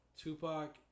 Tupac